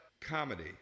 comedy